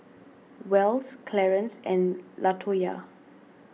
Wells Clarance and Latoyia